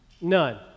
None